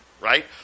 right